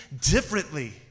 differently